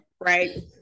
Right